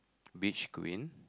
beach queen